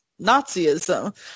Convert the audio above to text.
Nazism